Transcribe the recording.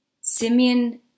Simeon